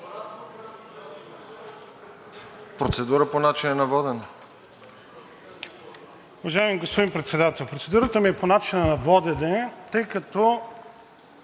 процедура по начина на водене.